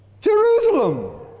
Jerusalem